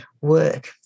work